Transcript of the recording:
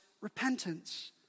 repentance